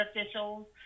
officials